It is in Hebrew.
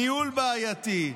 ניהול בעייתי,